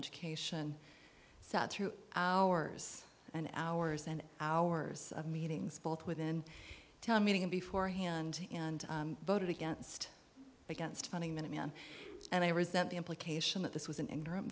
education sat through hours and hours and hours of meetings both within meeting and before hand and voted against against funding minuteman and i resent the implication that this was an interim